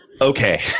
Okay